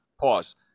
Pause